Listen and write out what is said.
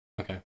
Okay